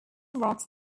rocks